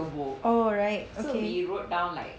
oh right okay